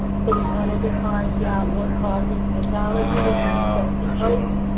so, we wanted to find out what causes pathology in an infected host.